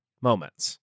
moments